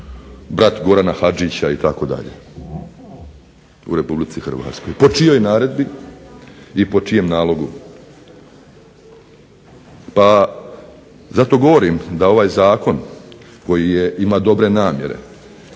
brat Gorana Hadžića itd. u RH. Po čijoj naredbi i po čijem nalogu? Pa zato govorim da ovaj zakon koji je, ima dobre namjere